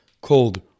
called